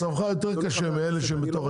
מצבך יותר קשה מאלה שהם בתמ"א.